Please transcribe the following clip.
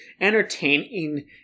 entertaining